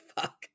fuck